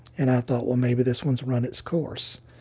and i thought, well, maybe this one has run its course.